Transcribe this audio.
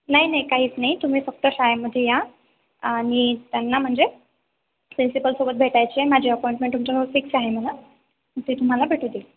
नाही नाही काहीच नाही तुम्ही फक्त शाळेमध्ये या आणी त्यांना म्हणजे प्रिन्सिपल सोबत भेटायची माझी अपॉइंटमेंट तुमच्या जवळ फिक्स आहे म्हणा ते तुम्हाला भेटून देईल